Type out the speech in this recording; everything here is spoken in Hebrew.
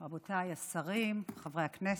רבותיי השרים, חברי הכנסת,